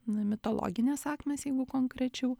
na mitologinės sakmės jeigu konkrečiau